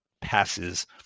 passes